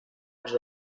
els